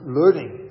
learning